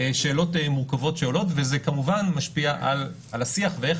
שאלות מורכבות שעולות וזה כמובן משפיע על השיח ואיך